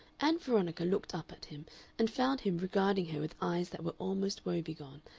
ann veronica looked up at him and found him regarding her with eyes that were almost woebegone,